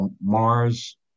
Mars